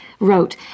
Wrote